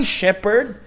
shepherd